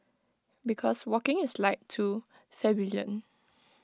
because walking is like too plebeian